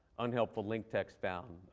unhelpful link text found.